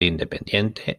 independiente